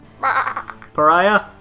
Pariah